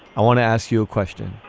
i want to ask you a question